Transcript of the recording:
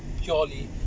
purely